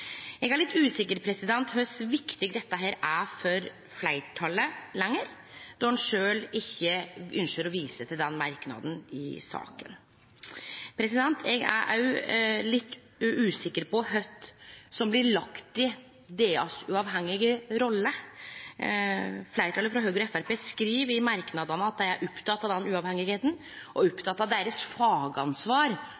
Eg er litt usikker på kor viktig dette er for fleirtalet lenger, då ein sjølv ikkje ønskjer å vise til den merknaden i saka. Eg er òg litt usikker på kva ein legg i «DA sin uavhengige rolle». Fleirtalet, frå Høgre og Framstegspartiet, skriv i merknadene at dei er opptekne av DAs uavhengigheit og